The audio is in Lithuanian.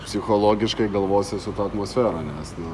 psichologiškai galvose su ta atmosfera nes nu